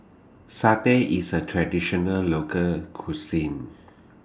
Satay IS A Traditional Local Cuisine